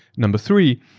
number three,